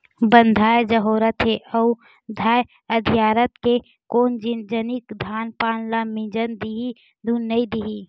बंधाए अजोरत हे अउ धाय अधियारत हे कोन जनिक धान पान ल मिजन दिही धुन नइ देही